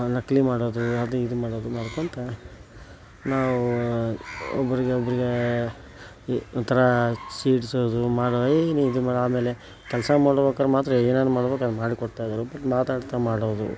ನಕಲಿ ಮಾಡೋದು ಅದು ಇದು ಮಾಡೋದು ಮಾಡ್ಕೊತಾ ನಾವು ಒಬ್ಬರಿಗೆ ಒಬ್ಬರಿಗೆ ಒಂಥರಾ ಛೇಡ್ಸೋದು ಮಾಡೋದು ಏಯ್ ನೀ ಇದು ಮಾ ಆಮೇಲೆ ಕೆಲಸ ಮಾಡ್ಬೇಕಾರ್ ಮಾತ್ರ ಏನೇನು ಮಾಡ್ಬೇಕ್ ಅದು ಮಾಡಿಕೊಡ್ತಾ ಇದ್ದರು ಬಟ್ ಮಾತಾಡ್ತಾ ಮಾಡೋದು